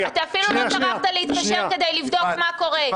אתה אפילו לא טרחת להתקשר כדי לבדוק מה קורה.